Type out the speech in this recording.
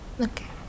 Okay